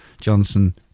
Johnson